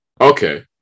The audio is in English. Okay